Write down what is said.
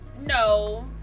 No